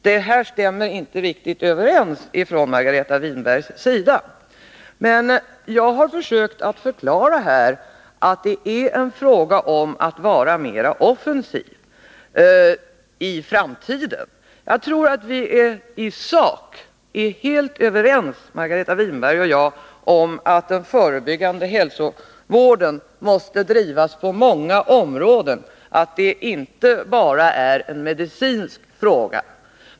Detta stämmer inte riktigt, Margareta Winberg. Jag har försökt förklara att det är fråga om att vara mer offensiv i framtiden. Jag tror att vi i sak är helt överens — Margareta Winberg och jag — om att den förebyggande hälsovården måste drivas på många områden, att det inte bara är en medicinsk fråga.